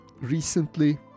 recently